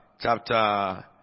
chapter